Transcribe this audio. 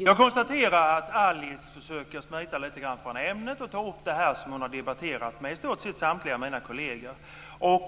Fru talman! Jag konstaterar att Alice Åström försöker smita lite grann från ämnet och ta upp det här som hon har debatterat med i stort sett samtliga mina kolleger.